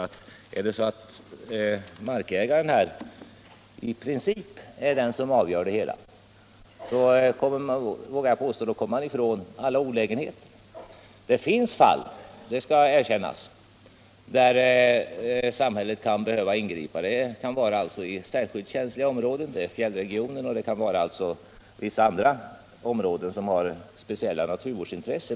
Jag vågar påstå att om markägaren i princip avgör det hela, kommer man ifrån alla olägenheter. Det finns fall — det skall erkännas — där samhället kan behöva ingripa. Det kan gälla särskilt känsliga områden —- fjällregionen och vissa andra områden som har speciellt naturvårdsintresse.